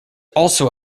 also